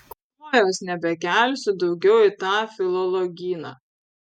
kojos nebekelsiu daugiau į tą filologyną